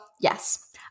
yes